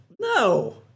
no